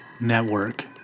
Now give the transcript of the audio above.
Network